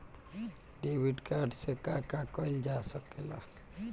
Debit card से का का कइल जा सके ला?